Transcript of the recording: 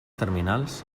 terminals